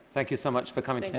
thank you so much for coming